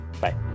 Bye